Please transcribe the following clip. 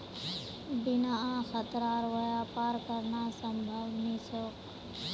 बिना खतरार व्यापार करना संभव नी छोक